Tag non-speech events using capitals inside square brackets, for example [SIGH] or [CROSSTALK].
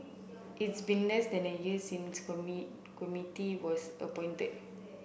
it's been less than a year since [UNINTELLIGIBLE] committee was appointed